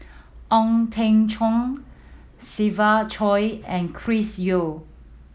Ong Teng Cheong Siva Choy and Chris Yeo